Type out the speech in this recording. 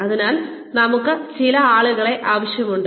അതിനാൽ നമുക്ക് എത്ര ആളുകളെ ആവശ്യമുണ്ട്